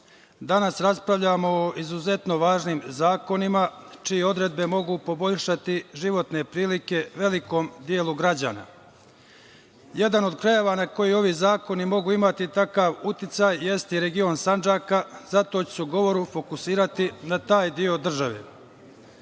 danas raspravljamo o izuzetno važnim zakonima čije odredbe mogu poboljšati životne prilike velikom delu građana. Jedan od krajeva na koji ovi zakoni mogu imati takav uticaj, jeste i region Sandžaka, zato ću se u govoru fokusirati na taj deo države.